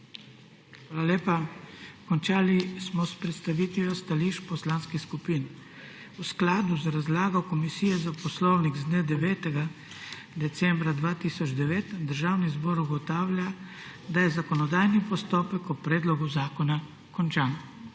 Hvala lepa. Končali smo s predstavitvijo stališč poslanskih skupin. V skladu z razlago Komisije za poslovnik z dne 9. decembra 2009 Državni zbor ugotavlja, da je zakonodajni postopek o predlogu zakona končan.